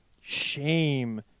shame